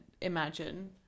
imagine